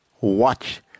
watch